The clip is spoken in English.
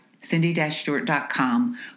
cindy-stewart.com